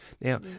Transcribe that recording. Now